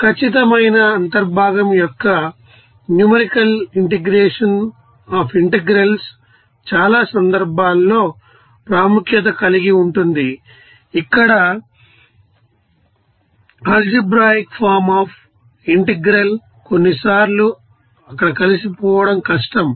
ఖచ్చితమైన అంతర్భాగం యొక్క న్యూమరికల్ ఇంటెగ్రేషన్ అఫ్ ఇంటెగ్రల్స్ చాలా సందర్భాల్లో ప్రాముఖ్యత కలిగి ఉంటుంది ఇక్కడ అల్జేబ్రాయ్క్ ఫార్మ్ అఫ్ ఇంటెగ్రల్ కొన్నిసార్లు అక్కడ కలిసిపోవడం కష్టం